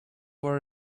were